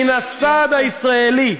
מן הצד הישראלי.